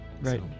Right